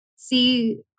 see